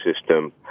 system